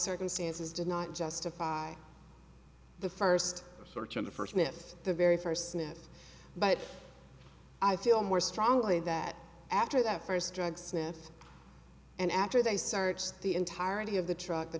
circumstances did not justify the first search in the first myth the very first myth but i feel more strongly that after that first drug sniffing and after they searched the entirety of the truck the